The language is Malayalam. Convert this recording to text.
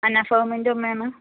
അനഫാമിൻറ്റെ ഉമ്മേണ്